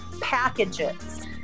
Packages